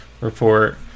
report